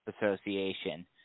Association